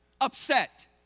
upset